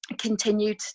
continued